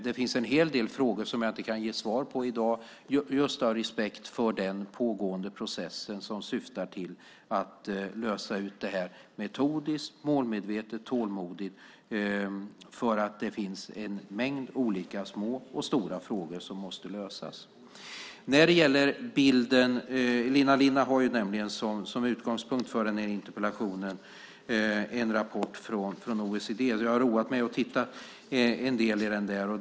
Det finns en hel del frågor som jag inte kan ge svar på i dag av respekt för den pågående processen, som syftar till att lösa ut det här metodiskt, målmedvetet och tålmodigt. Det finns en mängd olika små och stora frågor som måste lösas. Elina Linna har som utgångspunkt för interpellationen en rapport från OECD. Jag har roat mig med att titta en del i den.